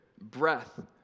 breath